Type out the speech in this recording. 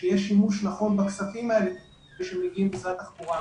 שיהיה שימוש נכון בכספים האלה שמגיעים ממשרד התחבורה,